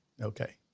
Okay